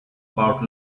about